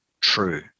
true